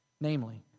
Namely